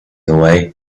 away